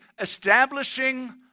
establishing